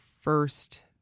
first